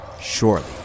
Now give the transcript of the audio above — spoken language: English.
surely